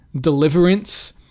deliverance